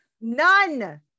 None